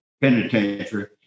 penitentiary